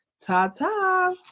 Ta-ta